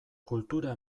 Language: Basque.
kultura